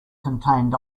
contained